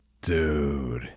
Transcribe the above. Dude